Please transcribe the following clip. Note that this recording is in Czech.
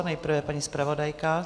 Nejprve paní zpravodajka.